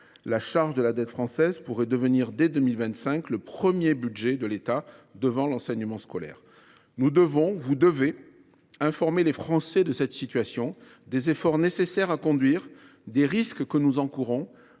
La charge de la dette française pourrait devenir, dès 2025, le premier budget de l’État, devant celui de l’enseignement scolaire. Nous devons, vous devez informer les Français de cette situation, des efforts nécessaires à conduire, des risques que nous encourons,